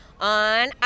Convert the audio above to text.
on